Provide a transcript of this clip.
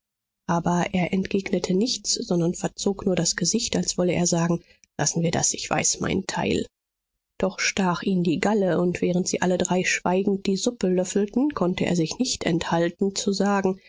aber er entgegnete nichts sondern verzog nur das gesicht als wolle er sagen lassen wir das ich weiß mein teil doch stach ihn die galle und während sie alle drei schweigend die suppe löffelten konnte er sich nicht enthalten zu sagen